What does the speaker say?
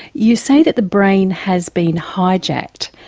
you say that the brain has been hijacked,